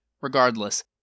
Regardless